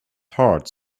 heart